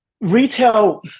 retail